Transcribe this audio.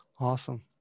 Awesome